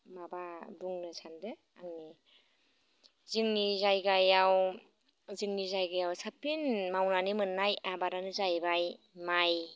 माबा बुंनो सानदो आंनि जोंनि जायगायाव जोंनि जायगायाव साबसिन मावनानै मोननाय आबादानो जाहैबाय माइ